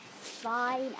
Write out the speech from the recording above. Fine